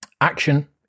Action